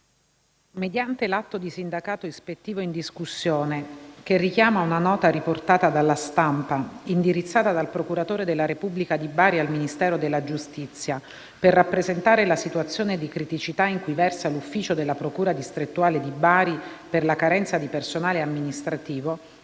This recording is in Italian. mediante l'atto di sindacato ispettivo in discussione - che richiama una nota, riportata dalla stampa, indirizzata dal procuratore della Repubblica di Bari al Ministero della giustizia per rappresentare la situazione di criticità in cui versa l'ufficio della procura distrettuale di Bari per la carenza di personale amministrativo